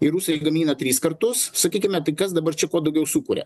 ir rusai gamina tris kartus sakykime tai kas dabar čia ko daugiau sukuria